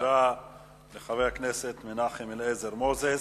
תודה לחבר הכנסת מנחם אליעזר מוזס.